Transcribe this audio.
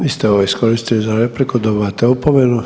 Vi ste ovo iskoristili za repliku dobivate opomenu.